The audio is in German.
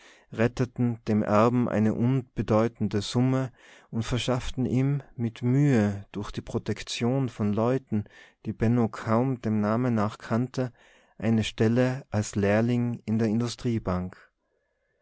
retteten dem erben eine unbedeutende summe und verschafften ihm mit mühe durch die protektion von leuten die benno kaum dem namen nach kannte eine stelle als lehrling in der